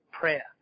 prayer